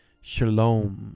Shalom